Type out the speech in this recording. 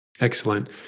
Excellent